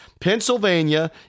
Pennsylvania